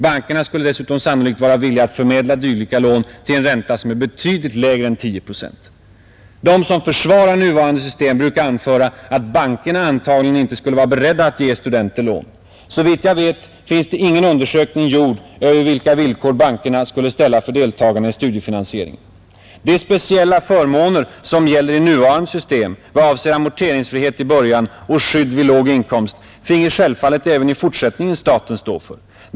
Bankerna skulle dessutom sannolikt vara villiga att förmedla dylika lån till en ränta som är betydligt lägre än 10 procent. De som försvarar nuvarande system brukar anföra att bankerna antagligen inte skulle vara beredda att ge studenter lån. Såvitt jag vet finns det ingen undersökning gjord över vilka villkor bankerna skulle ställa för deltagande i studiefinansiering. De speciella förmåner som gäller i nuvarande system vad avser amorteringsfrihet i början och skydd vid låg inkomst finge självfallet även i fortsättningen staten stå för.